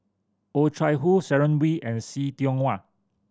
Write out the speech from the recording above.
Oh Chai Hoo Sharon Wee and See Tiong Wah